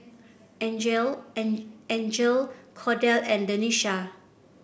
Angele An Angele Cordell and Denisha